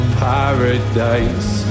paradise